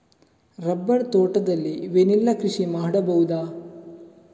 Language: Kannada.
ರಬ್ಬರ್ ತೋಟದಲ್ಲಿ ವೆನಿಲ್ಲಾ ಕೃಷಿ ಮಾಡಬಹುದಾ?